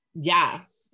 Yes